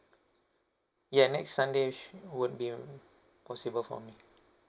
yeah next sunday shou~ would be mm possible for me